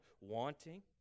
wanting